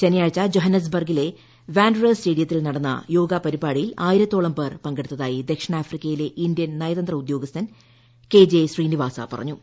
ശനിയാഴ്ച ജോഹന്നാസ്ബർഗിലെ വാൻഡറേറ്റ്സ് സ്റ്റേഡിയത്തിൽ നടന്ന യോഗ പരിപാടിയിൽ ആയിരത്തോളം പേർ പങ്കെടുത്തതായി ദക്ഷിണാഫ്രിക്കയിലെ ഇന്ത്യൻ നയതന്ത്ര ഉദ്യോഗസ്ഥൻ കെ ജെ ശ്രീനിവാസവ പറഞ്ഞു